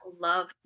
love